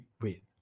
wait